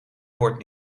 bord